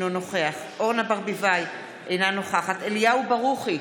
אינו נוכח אורנה ברביבאי, אינה נוכחת אליהו ברוכי,